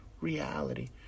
reality